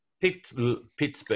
Pittsburgh